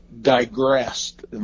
digressed